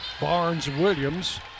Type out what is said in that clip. Barnes-Williams